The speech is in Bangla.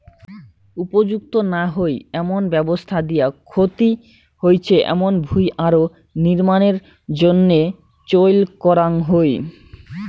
উপযুক্ত না হই এমন ব্যবস্থা দিয়া ক্ষতি হইচে এমুন ভুঁই আরো নির্মাণের জইন্যে চইল করাঙ হই